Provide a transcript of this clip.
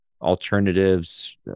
Alternatives